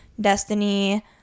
Destiny